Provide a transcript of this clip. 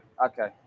okay